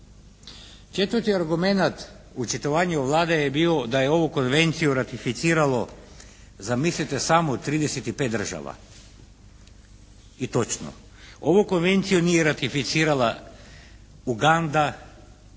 Četvrti argumenat očitovanja Vlade je bio da je ovu konvenciju ratificiralo zamislite samo 35 država. I točno, ovu konvenciju nije ratificirala Uganda,